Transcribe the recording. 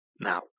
Now